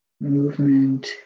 movement